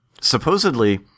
Supposedly